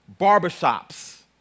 Barbershops